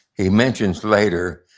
he mentions later.